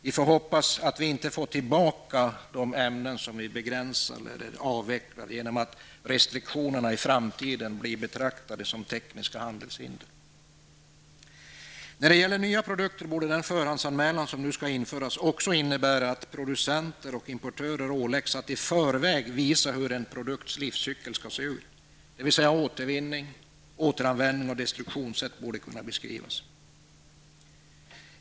Vi får hoppas att vi inte får tillbaka de ämnen vars användning begränsas eller avvecklas, genom att restriktionerna i framtiden blir betraktade som tekniska handelshinder. När det gäller nya produkter borde den förhandsanmälan som nu skall införas också innebära att producenter och importörer åläggs att i förväg visa hur en produkts livscykel skall se ut, dvs. återvinning, återanvändning och destruktionssätt borde kunna beskrivas.